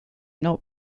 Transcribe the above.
not